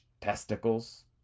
testicles